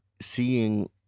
seeing